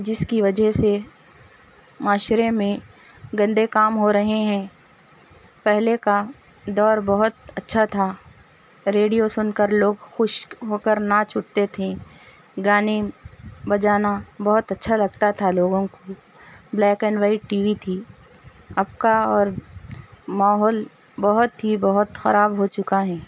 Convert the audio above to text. جس کی وجہ سے معاشرے میں گندے کام ہو رہے ہیں پہلے کا دور بہت اچھا تھا ریڈیو سن کر لوگ خوش ہوکر ناچ اٹھتے تھے گانے بجانا بہت اچّھا لگتا تھا لوگوں کو black and white T V تھی اب کا اور ماحول بہت ہی بہت خراب ہو چکا ہے